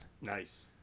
Nice